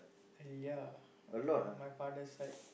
!aiya! my fa~ my father side